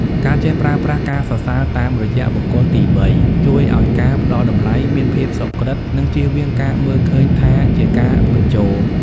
ការចេះប្រើប្រាស់ "ការសរសើរតាមរយៈបុគ្គលទីបី" ជួយឱ្យការផ្តល់តម្លៃមានភាពសុក្រឹត និងជៀសវាងការមើលឃើញថាជាការបញ្ជោរ។